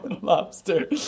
Lobster